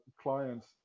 clients